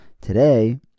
today